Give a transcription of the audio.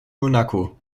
monaco